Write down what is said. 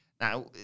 Now